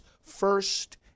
first